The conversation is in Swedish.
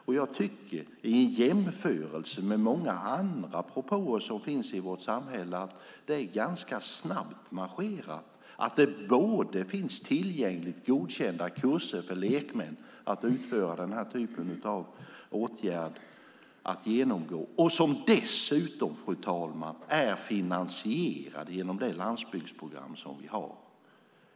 I jämförelse med hur man hanterar många andra propåer i samhället tycker jag att det är ganska snabbt marscherat att det både finns godkända kurser för lekmän som utför denna typ av åtgärd och att de dessutom är finansierade genom det landsbygdsprogram som vi har.